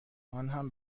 آنهم